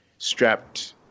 Strapped